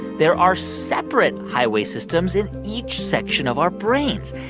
there are separate highway systems in each section of our brains.